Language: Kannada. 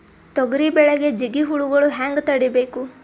ತೊಗರಿ ಬೆಳೆಗೆ ಜಿಗಿ ಹುಳುಗಳು ಹ್ಯಾಂಗ್ ತಡೀಬೇಕು?